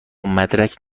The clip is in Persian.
مدرک